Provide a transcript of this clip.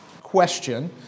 question